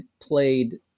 played